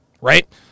right